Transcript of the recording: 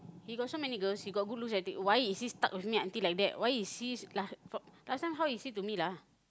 he got so many girls he got good looks everything why is he stuck with me until like that why is he la~ last time how is he to me lah